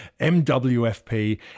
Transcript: MWFP